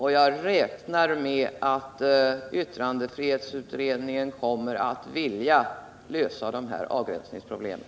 Jag räknar med att yttrandefrihetsutredningen kommer att vilja lösa avgränsningsproblemet.